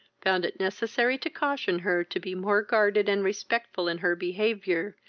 found it necessary to caution her to be more guarded and respectful in her behaviour,